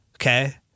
Okay